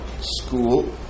school